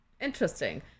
Interesting